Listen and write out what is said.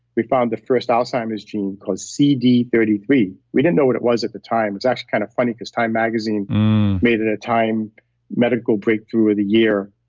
we found the first alzheimer's gene, called c d three three. we didn't know what it was at the time. it's actually kind of funny, because time magazine made it a time medical breakthrough of the year.